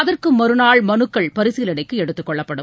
அதற்கு மறுநாள் மனுக்கள் பரிசீலனைக்கு எடுத்துக் கொள்ளப்படும்